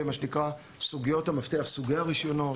מה שנקרא סוגיית המפתח: סוגי הרישיונות,